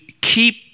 keep